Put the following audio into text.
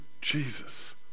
Jesus